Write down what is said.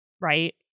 right